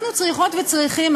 אנחנו צריכות וצריכים,